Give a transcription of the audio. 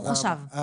ברוך השב.